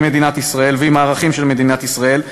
מדינת ישראל ועם הערכים של מדינת ישראל,